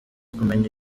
kumenya